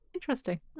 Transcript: Interesting